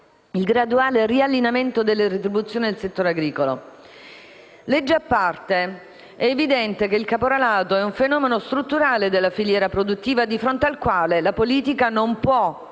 il graduale riallineamento delle retribuzioni nel settore agricolo. Legge a parte, è evidente che il caporalato è un fenomeno strutturale della filiera produttiva di fronte al quale la politica non può